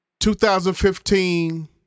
2015